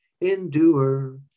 endure